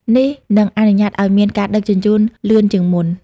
នេះនឹងអនុញ្ញាតឱ្យមានការដឹកជញ្ជូនលឿនជាងមុន។